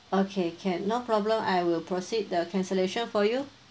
okay can no problem I will proceed the cancellation for you